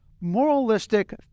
moralistic